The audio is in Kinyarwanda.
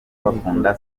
bakunda